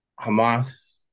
Hamas